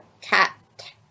cat